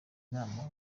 nama